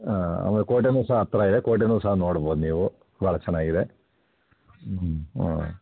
ಹಾಂ ಒಮ್ಮೆ ಕೋಟೆನು ಸಹ ಹತ್ತಿರ ಇದೆ ಕೋಟೆನು ಸಹ ನೋಡ್ಬೋದು ನೀವು ಬಹಳ ಚೆನ್ನಾಗಿದೆ